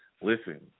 listen